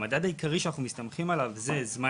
המדד העיקרי שאנחנו מסתמכים עליו הוא זמן